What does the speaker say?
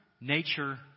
Nature